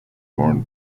born